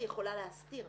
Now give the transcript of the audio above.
היא יכולה להסתיר.